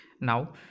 Now